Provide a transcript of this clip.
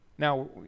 Now